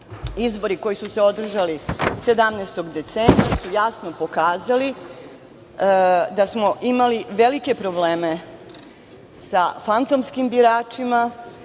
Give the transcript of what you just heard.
Izbori koji su se održali 17. decembra su jasno pokazali da smo imali velike probleme sa fantomskim biračima.